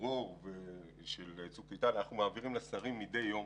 עמידרור ושל צוק איתן מדי יום,